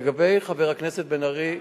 לגבי חבר הכנסת בן-ארי,